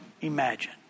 imagine